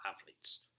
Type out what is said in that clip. athletes